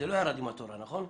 זה לא ירד עם התורה, נכון?